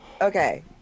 okay